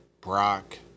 Brock